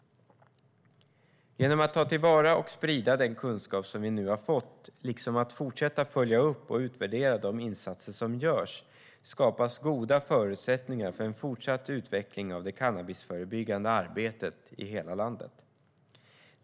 Genom att ta till vara och sprida den kunskap som vi nu har fått liksom att fortsätta följa upp och utvärdera de insatser som görs skapas goda förutsättningar för en fortsatt utveckling av det cannabisförebyggande arbetet i hela landet.